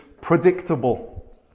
predictable